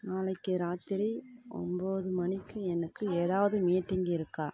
நாளைக்கு ராத்திரி ஒம்பது மணிக்கு எனக்கு ஏதாவது மீட்டிங் இருக்கா